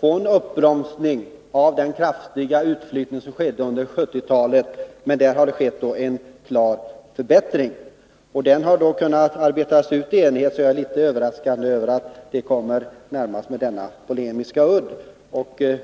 få en uppbromsning av den kraftiga utflyttning som ägde rum under 1970-talet. Där har det nu skett en klar förbättring. Den har kunnat åstadkommas i enighet, så jag är litet överraskad över att Anna-Greta Leijon påtalar saken med denna polemiska udd.